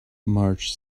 marge